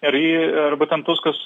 ir ji arba ten tuskas